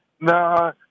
Nah